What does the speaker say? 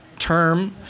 term